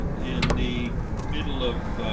in the middle of